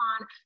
on